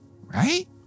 Right